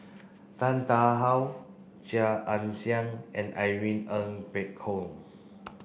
Tan Tarn How Chia Ann Siang and Irene Ng Phek Hoong